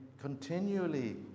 continually